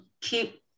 keep